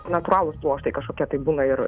natūralūs pluoštai kažkokie tai būna ir